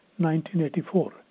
1984